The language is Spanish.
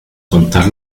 contar